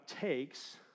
takes